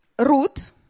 root